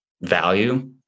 value